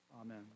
Amen